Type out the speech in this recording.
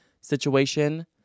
situation